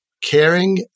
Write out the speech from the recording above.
caring